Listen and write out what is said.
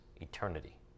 eternity